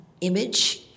image